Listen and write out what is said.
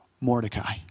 Mordecai